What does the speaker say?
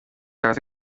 azi